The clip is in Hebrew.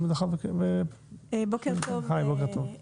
בוקר טוב.